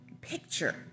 picture